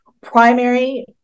primary